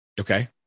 okay